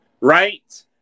right